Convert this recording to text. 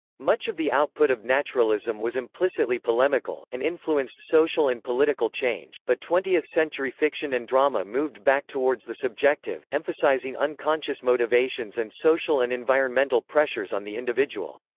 much of the output of naturalism was implicitly polemical, and influenced social and political change, but twentieth century fiction and drama moved back towards the subjective, emphasizing unconscious motivations and social and environmental pressures on the individual.